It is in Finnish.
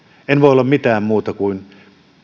en voi mitään muuta kuin